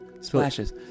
splashes